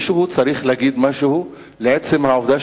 מישהו צריך להגיד משהו על עצם העובדה